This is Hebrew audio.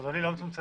לא מצומצמת.